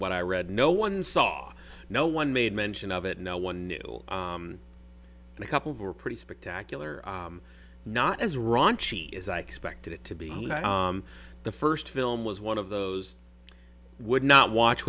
what i read no one saw no one made mention of it no one knew and a couple were pretty spectacular not as raunchy as i expected it to be the first film was one of those i would not watch